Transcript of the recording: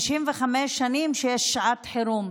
55 שנים שיש שעת חירום,